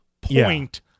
point